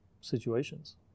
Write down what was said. situations